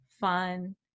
fun